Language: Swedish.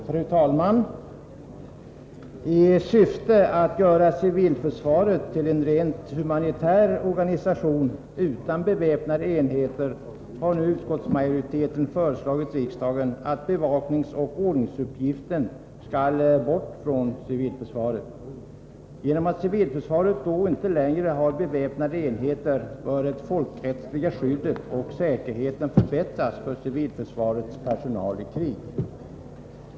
Fru talman! I syfte att göra civilförsvaret till en rent humanitär organisation utan beväpnade enheter har nu utskottsmajoriteten föreslagit riksdagen att bevakningsoch ordningsuppgiften skall bort från civilförsvaret. Genom att civilförsvaret då inte längre har beväpnade enheter bör det folkrättsliga skyddet och säkerheten förbättras för civilförsvarets personal i krig.